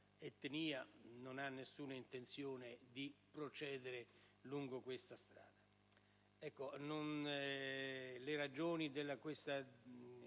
non ha alcuna intenzione di procedere lungo questa strada.